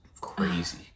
crazy